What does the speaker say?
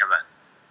events